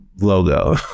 logo